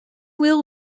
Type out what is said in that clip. will